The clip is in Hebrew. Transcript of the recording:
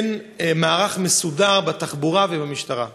אין מערך מסודר בתחבורה ובמשטרה.